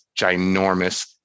ginormous